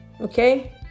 Okay